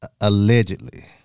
allegedly